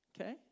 Okay